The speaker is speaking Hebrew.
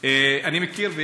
אני מציע: